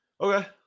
Okay